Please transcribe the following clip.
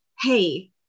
hey